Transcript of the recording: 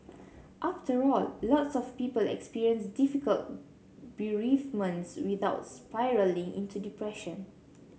after all lots of people experience difficult bereavements without spiralling into depression